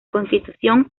constitución